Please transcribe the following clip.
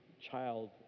child